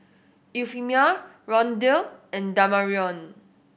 Euphemia Rondal and Damarion